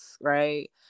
right